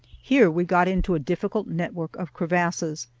here we got into a difficult network of crevasses,